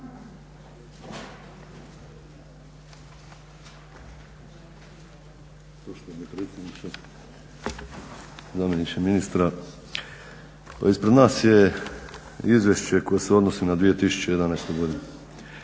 zamjeniče ministra. Ispred nas je izvješće koje se odnosi na 2011. godinu.